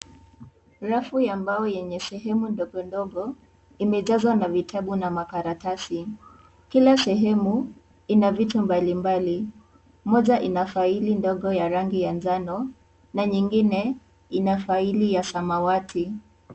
Rafu ya mbao yenye sehemu ndogo ndogo imejazwa na vitabu na makaratasi. Kila sehemu ina vitu mbalimbali. Moja ina faili ndogo ya rangi ya njano na nyingine ina faili ya samawati.